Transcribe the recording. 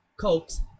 coke's